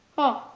oh,